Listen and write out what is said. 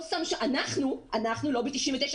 אנחנו לובי 99,